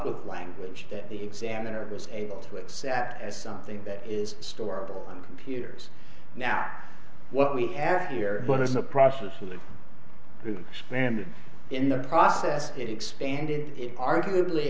with language that the examiner was able to accept as something that is stored on computers now what we have here but in the process of the spending in the process expanded it arguably